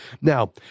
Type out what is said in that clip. Now